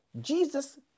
Jesus